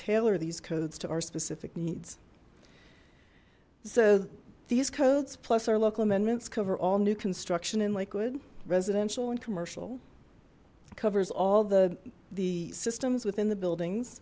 tailor these codes to our specific needs so these codes plus our local amendments cover all new construction in liquid residential and commercial covers all the the systems within the buildings